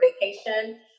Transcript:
vacation